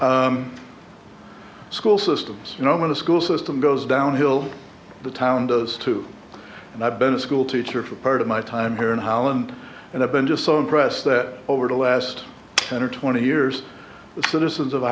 secondly school systems you know when the school system goes downhill the town does too and i've been a schoolteacher for part of my time here in holland and i've been just so impressed that over the last ten or twenty years the citizens of